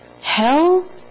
Hell